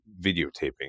videotaping